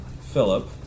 Philip